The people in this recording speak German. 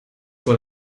wohl